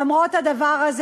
למרות הדבר הזה,